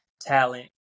talent